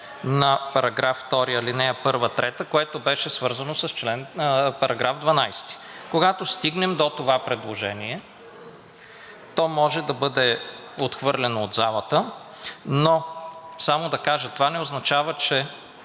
на § 2, ал. 1 – 3, което беше свързано с § 12. Когато стигнем до това предложение, то може да бъде отхвърлено от залата. Но само да кажа – това не означава, че